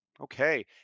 Okay